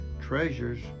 treasures